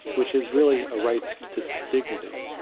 which is really a right to dignity,